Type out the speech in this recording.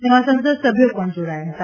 તેમાં સંસદ સભ્યો પણ જાડાયા ફતા